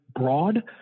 broad